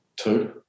Two